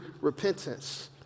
repentance